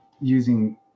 using